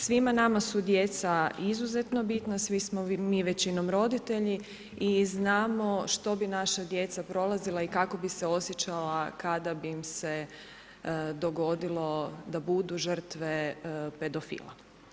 Svima nama su djeca izuzetno bitna, svi smo mi većinom roditelji i znamo što bi naša djeca prolazila i kako bi se osjećala kada bi im se dogodilo da budu žrtve pedofila.